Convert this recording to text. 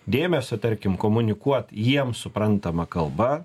dėmesio tarkim komunikuot jiems suprantama kalba